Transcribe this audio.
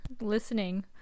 listening